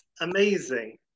Amazing